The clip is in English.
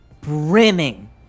brimming